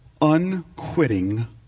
unquitting